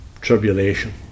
tribulation